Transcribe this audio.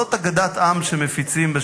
זאת אגדת עם שמפיצים.